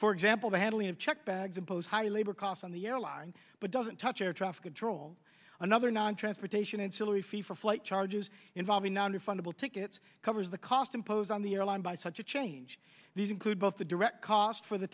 for example the handling of check bags impose highlevel costs on the airline but doesn't touch air traffic control another non transportation ancillary fee for flight charges involving nonrefundable tickets covers the cost imposed on the airline by such a change these include both the direct cost for the